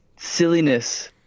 silliness